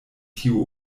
tiun